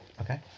Okay